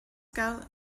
scout